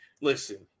Listen